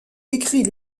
écrit